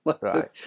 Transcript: right